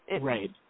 right